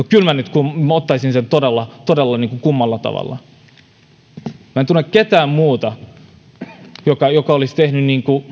kyllä minä ottaisin sen todella todella kummalla tavalla minä en tunne ketään muuta joka joka olisi tehnyt